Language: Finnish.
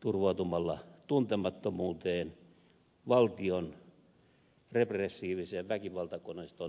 turvautumalla tuntemattomuuteen valtion repressiivisen väkivaltakoneiston ulottumattomiin